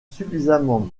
suffisamment